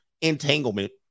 entanglement